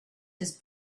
his